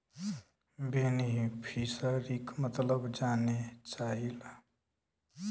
बेनिफिसरीक मतलब जाने चाहीला?